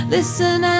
Listen